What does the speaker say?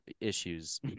issues